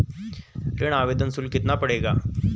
ऋण आवेदन शुल्क कितना पड़ेगा?